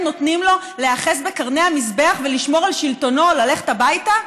נותנים לו להיאחז בקרני המזבח ולשמור על שלטונו או ללכת הביתה?